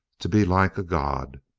to be like a god.